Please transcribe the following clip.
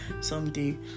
someday